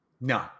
No